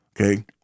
okay